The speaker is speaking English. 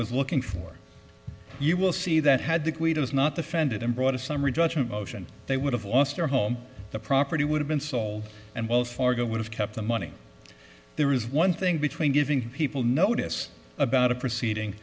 is looking for you will see that had to quito is not the founded and brought a summary judgment motion they would have lost their home the property would have been sold and wells fargo would have kept the money there is one thing between giving people notice about a proceeding